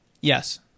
Yes